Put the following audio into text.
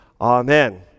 Amen